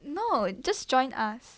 no just join us